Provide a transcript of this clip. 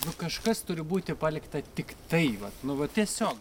nu kažkas turi būti palikta tiktai vat nu vat tiesiog